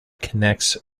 connects